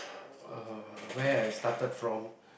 uh where I started from